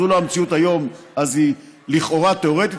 זו לא המציאות היום אז היא לכאורה תיאורטית,